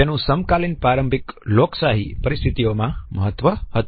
તે સમકાલીન પ્રારંભિક લોકશાહી પરિસ્થિતિઓમાં મહત્વનું હતું